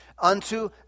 Unto